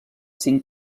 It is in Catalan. cinc